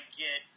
get